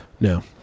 No